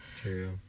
True